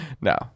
No